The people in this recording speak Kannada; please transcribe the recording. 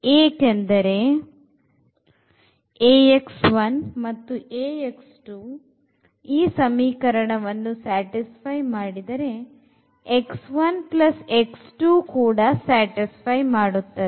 ಏಕೆಂದರೆ Ax1 ಮತ್ತು Ax2 ಈ ಸಮೀಕರಣವನ್ನು satisfy ಮಾಡಿದರೆ x1 x2 ಕೂಡ satisfy ಮಾಡುತ್ತದೆ